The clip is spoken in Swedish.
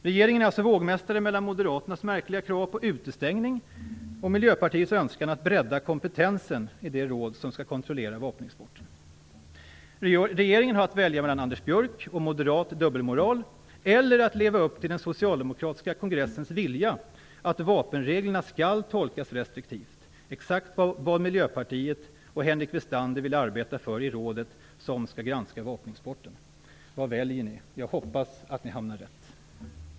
Regeringen är alltså vågmästare mellan Moderaternas märkliga krav på utestängning och Miljöpartiets önskan om att bredda kompetensen i det råd som skall kontrollera vapenexporten. Regeringen har att välja mellan Anders Björck, och moderat dubbelmoral, och att leva upp till den socialdemokratiska kongressens vilja, alltså att vapenreglerna skall tolkas restriktivt. Det sistnämnda är exakt vad Miljöpartiet och Henrik Westander vill arbeta för i det råd som skall granska vapenexporten. Vad väljer ni? Jag hoppas att ni hamnar rätt.